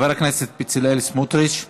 חבר הכנסת בצלאל סמוטריץ,